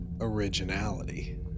originality